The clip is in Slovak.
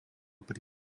pri